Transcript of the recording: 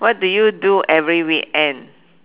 what do you do every weekend